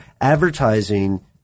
Advertising